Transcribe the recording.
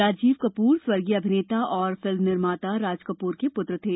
राजीव कपूर स्वर्गीय अभिनेता और फिल्म निर्माता राजकपूर के पुत्र थे